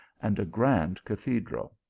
and a grand cathedral.